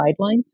guidelines